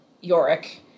Yorick